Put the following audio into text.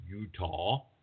Utah